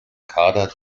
kader